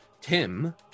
Tim